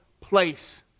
place